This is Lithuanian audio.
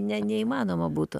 ne neįmanoma būtų